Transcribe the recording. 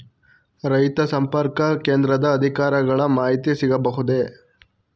ರೈತ ಸಂಪರ್ಕ ಕೇಂದ್ರದ ಅಧಿಕಾರಿಗಳ ಮಾಹಿತಿ ಸಿಗಬಹುದೇ?